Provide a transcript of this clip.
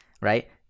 right